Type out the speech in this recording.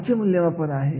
हेसुद्धा पाहत असतो